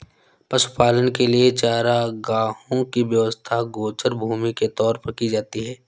पशुपालन के लिए चारागाहों की व्यवस्था गोचर भूमि के तौर पर की जाती है